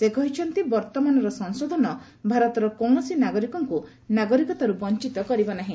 ସେ କହିଛନ୍ତି ବର୍ତ୍ତମାନର ସଂଶୋଧନ ଭାରତ କୌଣସି ନାଗରିକଙ୍କୁ ନାଗରିକତାରୁ ବଞ୍ଚିତ କରିବ ନାହି